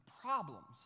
problems